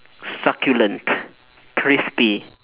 succulent crispy